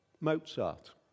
Mozart